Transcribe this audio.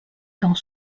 dans